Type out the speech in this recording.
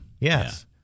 Yes